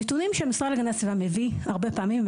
הנתונים שהמשרד להגנת הסביבה מביא הרבה פעמים,